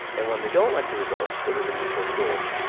and when they don't like the results, twitter is a neutral tool.